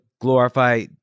glorify